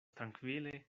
trankvile